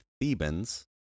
thebans